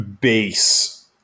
base